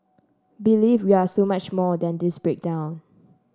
believe we are so much more than this breakdown